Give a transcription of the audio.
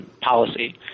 policy